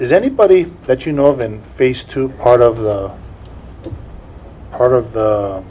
is anybody that you know of and face to part of the part of the